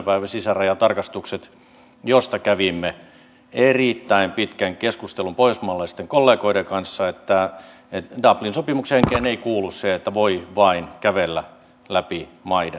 päivä sisärajatarkastukset joista kävimme erittäin pitkän keskustelun pohjoismaalaisten kollegoiden kanssa että dublin sopimuksen henkeen ei kuulu se että voi vain kävellä läpi maiden